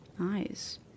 eyes